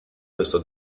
questo